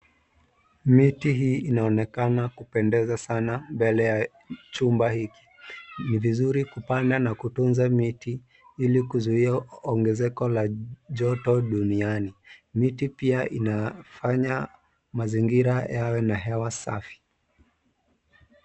Miti hii inaonekana kupendeza sana mbele ya chumba hiki. Ni vizuri kupanda na kutunza miti ili kuzuia ongezeko la joto duniani. Miti pia inafanya mazingira yawe na hewa safi.